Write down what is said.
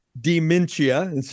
dementia